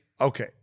okay